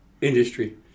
industry